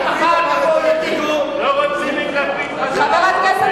לא רוצים את לפיד חזרה כאן בכנסת.